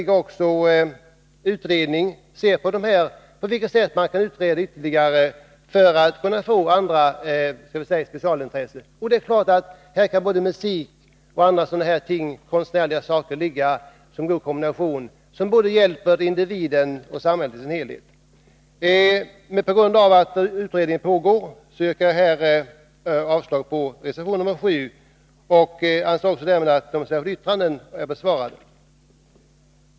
En utredning undersöker också på vilket sätt andra specialintressen kan komma i fråga. Det är klart att musikintresse och andra konstnärliga intressen kan utgöra en kombinationsmöjlighet och därmed hjälpa både individen och samhället i dess helhet. Eftersom det pågår en utredning yrkar jag avslag på reservation 7. Därmed anser jag också att de särskilda yttrandena är besvarade.